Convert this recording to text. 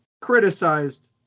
criticized